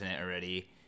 already